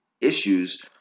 issues